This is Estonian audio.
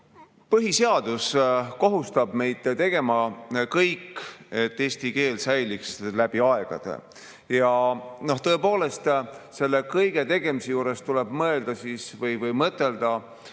Põhiseadus kohustab meid tegema kõik, et eesti keel säiliks läbi aegade. Tõepoolest, selle kõige tegemise juures tuleb mõtelda nii präänikule